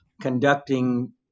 conducting